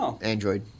Android